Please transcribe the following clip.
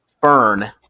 Fern